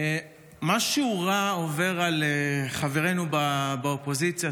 משהו רע עובר על חברינו באופוזיציה,